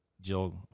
Jill